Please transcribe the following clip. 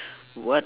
what